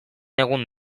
egun